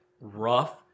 rough